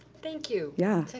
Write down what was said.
thank you. yeah, thank